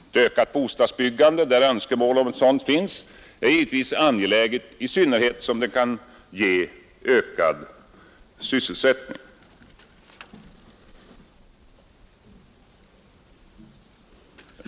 Ett ökat bostadsbyggande där önskemål om ett sådant finns är givetvis angeläget, i synnerhet som det kan ge ökad sysselsättning.